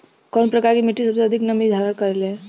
कउन प्रकार के मिट्टी सबसे अधिक नमी धारण करे ले?